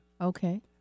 Okay